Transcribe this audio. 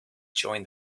join